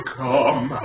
come